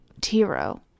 Tiro